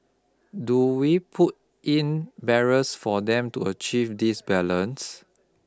do we put in barriers for them to achieve this balance